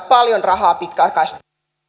paljon rahaa pitkäaikais